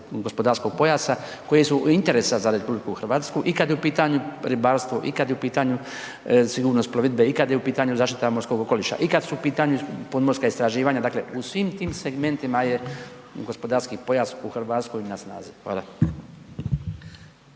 gospodarskog pojasa koje su od interesa za RH i kad je u pitanju ribarstvo i kad je u pitanju sigurnost plovidbe i kad je u pitanju zaštita morskog okoliša i kad su u pitanju pomorska istraživanja, dakle u svim tim segmentima je gospodarski pojas u Hrvatskoj na snazi. Hvala.